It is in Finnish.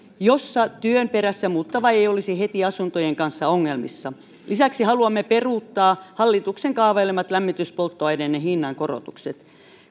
jossa työn perässä muuttava ei olisi heti asuntojen kanssa ongelmissa lisäksi haluamme peruuttaa hallituksen kaavailemat lämmityspolttoaineiden hinnankorotukset